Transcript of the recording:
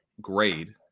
grade